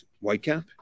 Whitecap